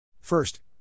First